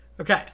Okay